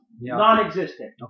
non-existent